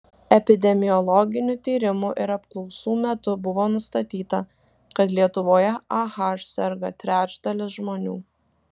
epidemiologinių tyrimų ir apklausų metu buvo nustatyta kad lietuvoje ah serga trečdalis žmonių